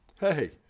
Hey